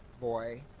boy